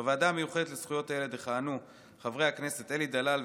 בוועדה המיוחדת לזכויות הילד יכהנו חברי הכנסת אלי דלל,